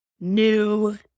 new